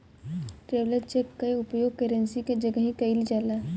traveller cheque कअ उपयोग currency के जगही कईल जाला